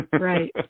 Right